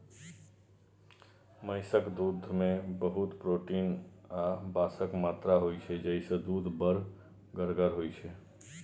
महिषक दुधमे बहुत प्रोटीन आ बसाक मात्रा होइ छै जाहिसँ दुध बड़ गढ़गर होइ छै